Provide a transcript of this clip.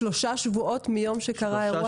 3 שבועות מיום שקרה המקרה?